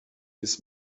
his